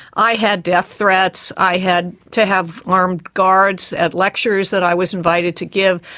i had death threats, i had to have armed guards at lectures that i was invited to give,